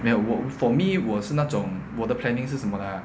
没有我 for me 我是那种我的 planning 是什么的 ah